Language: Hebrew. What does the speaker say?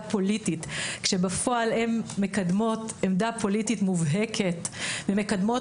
פוליטית כאשר בפועל הן מקדמות עמדה פוליטית מובהקת ומקדמות